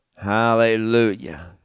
Hallelujah